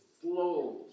flows